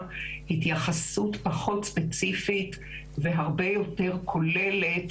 התייחסות פחות ספציפית והרבה יותר כוללת,